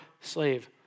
slave